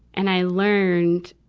and i learned